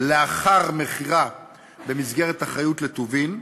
לאחר מכירה במסגרת אחריות לטובין,